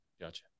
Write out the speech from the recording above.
gotcha